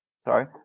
Sorry